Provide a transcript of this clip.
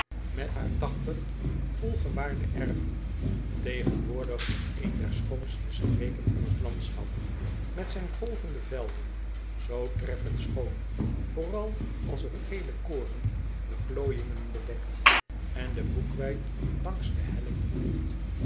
met haar tachtig volgewaarde erven tegenwoordig nog een der schoonste streken van het landschap met zijn golvende velden zoo treffend schoon vooral als het geele koren de glooijingen bedekt en de boekweit langs de hellingen bloeit